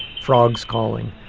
frogs calling,